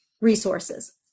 resources